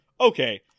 okay